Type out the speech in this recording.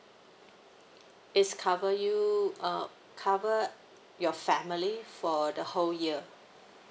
it's cover you uh cover your family for the whole year